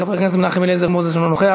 חבר הכנסת עיסאווי פריג' אינו נוכח,